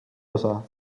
osa